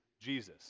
Jesus